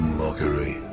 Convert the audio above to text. mockery